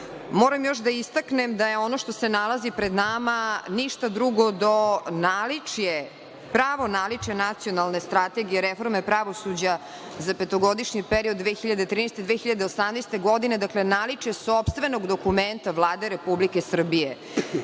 moram još da istaknem da ono što se nalazi pred nama, nije ništa drugo do naličje, pravo naličje Nacionalne strategije, reforme pravosuđa za petogodišnji period 2013-2018. godina, naličje sopstvenog dokumenta Vlade Republike Srbije. Naličje